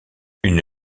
une